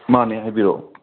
ꯃꯥꯅꯦ ꯍꯥꯏꯕꯤꯔꯛꯑꯣ